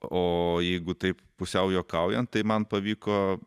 o jeigu taip pusiau juokaujant tai man pavyko